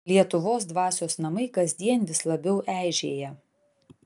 lietuvos dvasios namai kasdien vis labiau eižėja